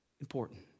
important